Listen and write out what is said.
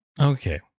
Okay